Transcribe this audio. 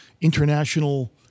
international